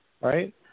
right